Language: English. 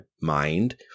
mind